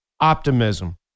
Optimism